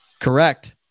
Correct